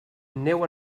neu